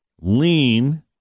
Lean